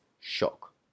shock